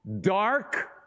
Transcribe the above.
dark